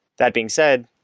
that being said,